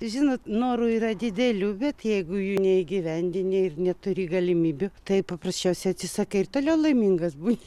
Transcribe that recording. žinot norų yra didelių bet jeigu jų neįgyvendini ir neturi galimybių tai paprasčiausia atsisakai ir toliau laimingas būni